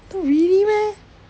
no really meh